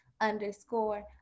underscore